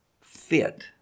fit